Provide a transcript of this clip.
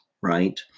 right